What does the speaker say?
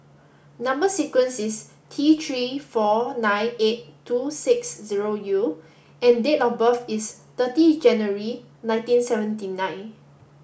number sequence is T three four nine eight two six zero U and date of birth is thirty January nineteen seventy nine